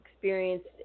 experienced